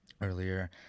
earlier